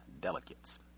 delegates